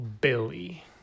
billy